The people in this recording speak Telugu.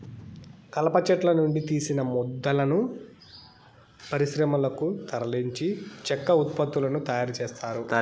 కలప చెట్ల నుండి తీసిన మొద్దులను పరిశ్రమలకు తరలించి చెక్క ఉత్పత్తులను తయారు చేత్తారు